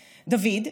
דוד,